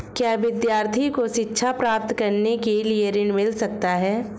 क्या विद्यार्थी को शिक्षा प्राप्त करने के लिए ऋण मिल सकता है?